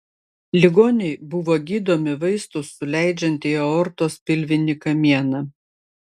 ligoniai buvo gydomi vaistus suleidžiant į aortos pilvinį kamieną